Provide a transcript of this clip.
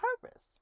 purpose